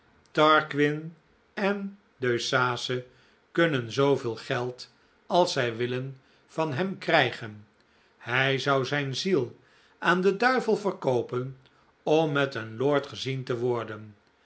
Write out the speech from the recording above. targuin en deuceace kunnen zooveel geld als zij willen van hem krijgen hij zou zijn ziel aan den duivel verkoopen om met een lord gezien te worden